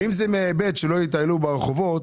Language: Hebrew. ואם זה מהיבט שלא יטיילו ברחובות,